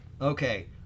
Okay